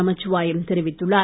நமச்சிவாயம் தெரிவித்துள்ளார்